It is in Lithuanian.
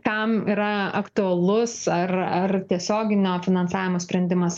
tam yra aktualus ar ar tiesioginio finansavimo sprendimas